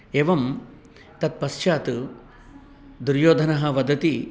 एवं तत्पश्चात् दुर्योधनः वदति